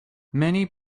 many